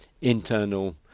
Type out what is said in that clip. internal